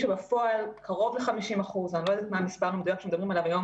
שבפועל קרוב ל-50% אני לא יודעת מה המספר המדויק שמדברים עליו היום